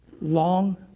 long